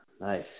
nice